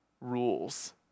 rules